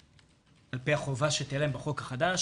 על פי החובה שתהיה להן בחוק החדש,